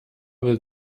will